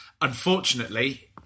Unfortunately